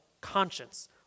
conscience